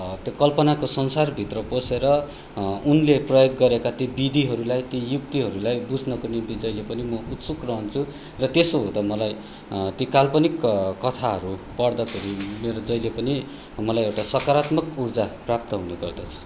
त्यो कल्पनाको संसारभित्र पसेर उनले प्रयोग गरेका ती विधिहरूलाई ती युक्तिहरूलाई बुझ्नको निम्ति जहिले पनि म उत्सुक रहन्छु र त्यसो हुँदा मलाई ती काल्पनिक कथाहरू पढ्दाखेरि मेरो जहिले पनि मलाई एउटा सकारात्मक उर्जा प्राप्त हुने गर्दछ